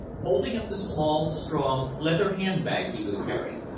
holding up the small, strong, leather hand-bag he was carrying,